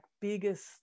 biggest